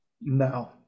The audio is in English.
no